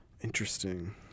Interesting